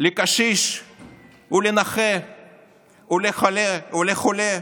לקשיש ולנכה וחולה,